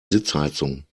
sitzheizung